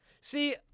See